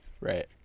Right